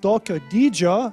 tokio dydžio